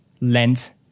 lent